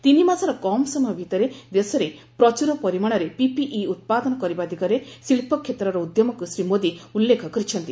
ତିନିମାସର କମ୍ ସମୟ ଭିତରେ ଦେଶରେ ପ୍ରଚୂର ପରିମାଣରେ ପିପିଇ ଉତ୍ପାଦନ କରିବା ଦିଗରେ ଶିଳ୍ପ କ୍ଷେତ୍ରର ଉଦ୍ୟମକ୍ତ ଶ୍ରୀ ମୋଦୀ ଉଲ୍ଲେଖ କରିଛନ୍ତି